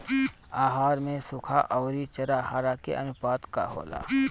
आहार में सुखा औरी हरा चारा के आनुपात का होला?